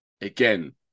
again